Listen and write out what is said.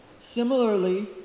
Similarly